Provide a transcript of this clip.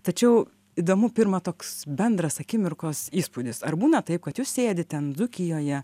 tačiau įdomu pirma toks bendras akimirkos įspūdis ar būna taip kad jūs sėdit ten dzūkijoje